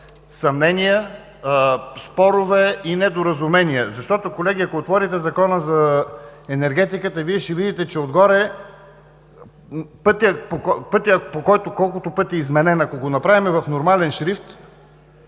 съмнения, спорове и недоразумения. Колеги, ако отворите Закона за енергетиката, Вие ще видите отгоре пътя, по който е изменян. Ако го направим в нормален шрифт